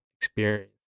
experience